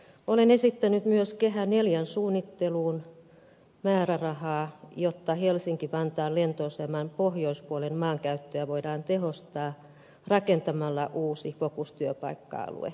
olen esittänyt myös kehä ivn suunnitteluun määrärahaa jotta helsinkivantaan lentoaseman pohjoispuolen maankäyttöä voidaan tehostaa rakentamalla uusi fokustyöpaikka alue